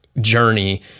journey